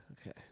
Okay